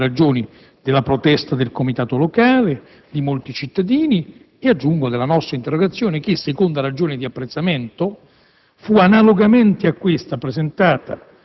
Questa sua apertura finale dimostra che erano fondate le ragioni della protesta del comitato locale, di molti cittadini e, aggiungo, della nostra interrogazione che - secondo motivo di apprezzamento